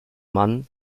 mann